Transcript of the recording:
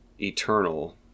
eternal